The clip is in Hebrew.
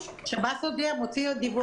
שב"ס הודיע, הוא הוציא דיווח על שחרור.